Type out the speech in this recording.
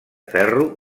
ferro